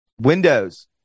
Windows